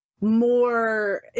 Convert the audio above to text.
more